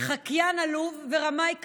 חקיין עלוב ורמאי קטן.